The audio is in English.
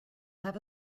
have